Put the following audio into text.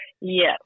Yes